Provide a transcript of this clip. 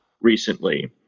recently